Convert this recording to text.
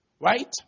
Right